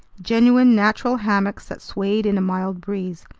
genuine natural hammocks that swayed in a mild breeze.